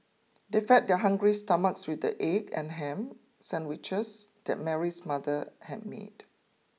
they fed their hungry stomachs with the egg and ham sandwiches that Mary's mother had made